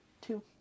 two